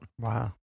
Wow